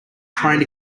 trying